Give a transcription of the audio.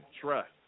Trust